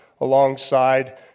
alongside